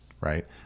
right